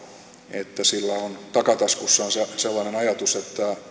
että sillä on takataskussaan sellainen ajatus